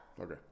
Okay